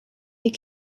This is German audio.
die